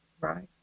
Right